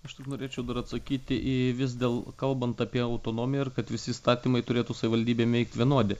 aš taip norėčiau dar atsakyti į vis dėl kalbant apie autonomiją ir kad visi įstatymai turėtų savivaldybėm veikt vienodi